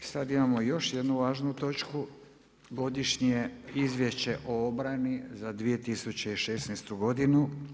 I sada imamo još jednu važnu točku: - Godišnje izvješće o obrani za 2016. godinu.